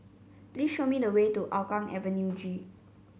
please show me the way to Hougang Avenue G